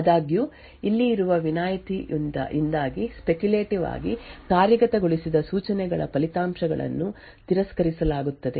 ಆದಾಗ್ಯೂ ಇಲ್ಲಿ ಇರುವ ವಿನಾಯಿತಿಯಿಂದಾಗಿ ಸ್ಪೆಕ್ಯುಟೇಟಿವ್ಲಿ ಕಾರ್ಯಗತಗೊಳಿಸಿದ ಸೂಚನೆಗಳ ಫಲಿತಾಂಶಗಳನ್ನು ತಿರಸ್ಕರಿಸಲಾಗುತ್ತದೆ